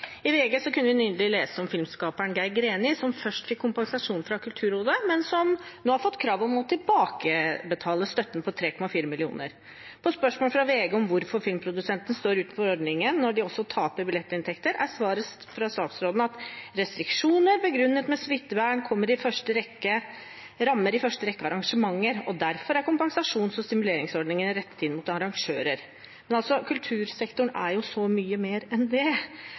I VG kunne vi nylig lese om filmskaperen Geir Greni, som først fikk kompensasjon fra Kulturrådet, men som nå har fått krav om å tilbakebetale støtten på 3,4 mill. kr. På spørsmål fra VG om hvorfor filmprodusenter står utenfor ordningen når de også taper billettinntekter, er svaret fra statsråden at «restriksjoner begrunnet med smittevern rammer i første rekke arrangementer, og derfor er kompensasjons- og stimuleringsordningen rettet inn mot arrangører». Men kultursektoren er så mye mer enn det.